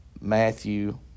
Matthew